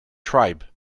tribe